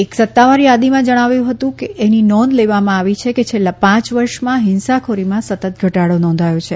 એક સત્તાવાર યાદીમાં જણાવાયું છે કે એની નોંધ લેવામાં આવી છે કે છેલ્લા પાંચ વર્ષમાં હિંસા ખોરીમાં સતત ઘટાડો નોંધાયો છે